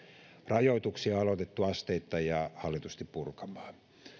rajoituksia on aloitettu asteittain ja hallitusti purkamaan